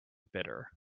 bitter